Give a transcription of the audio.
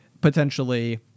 potentially